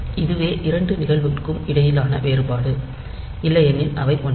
இதுவே இரண்டு நிகழ்வுகளுக்கும் இடையிலான வேறுபாடு இல்லையெனில் அவை ஒன்றே